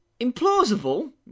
implausible